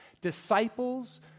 Disciples